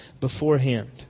beforehand